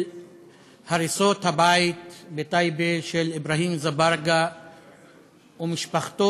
של הריסות הבית בטייבה, של אברהים אזברגה ומשפחתו.